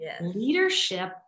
leadership